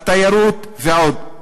התיירות ועוד.